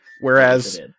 Whereas